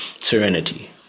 serenity